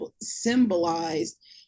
symbolized